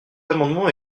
amendement